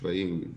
שפיים,